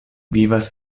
vivas